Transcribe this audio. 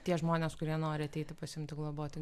tie žmonės kurie nori ateiti pasiimti globoti